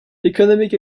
economic